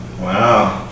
Wow